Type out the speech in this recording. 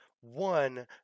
One